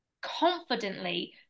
confidently